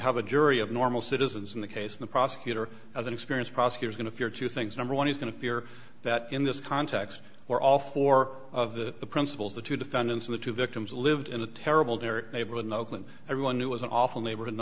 have a jury of normal citizens in the case of the prosecutor as an experienced prosecutor going to hear two things number one is going to fear that in this context or all four of the principals the two defendants of the two victims lived in the terrible dirt neighborhood in oakland everyone knew was an awful neighborhood in